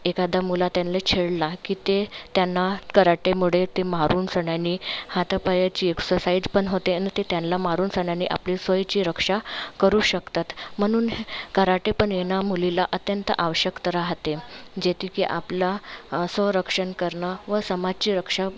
एखादा मुला त्यांना छेडला की ते त्यांना कराटेमुळे ते मारूनसण्यानी हातापायाची एक्ससाईजपण होते आणि ते त्यांना मारूनसन्यानी आपली स्वयची रक्षा करू शकतात म्हणून कराटेपण येणं मुलीला अत्यंत आवश्यक राहते जे ती की आपला स्वरक्षण करणं व समाजचे रक्षब